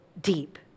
deep